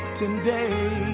today